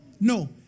no